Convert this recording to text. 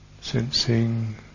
Sensing